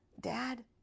Dad